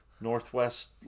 Northwest